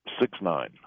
Six-nine